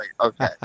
okay